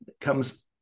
comes